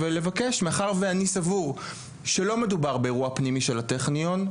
ולבקש מאחר ואני סבור שלא מדובר באירוע פנימי של הטכניון,